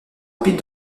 rapide